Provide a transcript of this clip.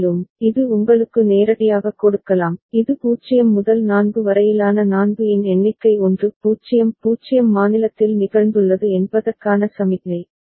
மேலும் இது உங்களுக்கு நேரடியாகக் கொடுக்கலாம் இது 0 முதல் 4 வரையிலான 4 இன் எண்ணிக்கை 1 0 0 மாநிலத்தில் நிகழ்ந்துள்ளது என்பதற்கான சமிக்ஞை